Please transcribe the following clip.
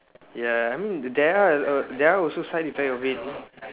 ya I mean there are oh their also sign to play of it